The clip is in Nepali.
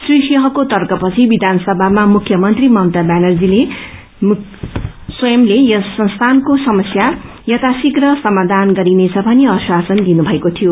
श्री सिंहको तर्कपछि वियानसभामा मुख्य मंत्री ममता व्यानर्जी स्वंयले यस संस्थानको समस्या यथाशीघ्र समायान गरिनेद भनी आश्वासन दिनुभएको शीथो